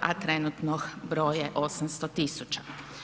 a trenutno broj je 800 tisuća.